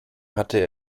hatte